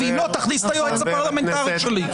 ואם לא, תכניס את היועץ הפרלמנטרי שלי.